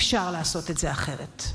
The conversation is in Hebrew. אפשר לעשות את זה אחרת.